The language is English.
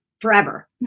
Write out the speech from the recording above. forever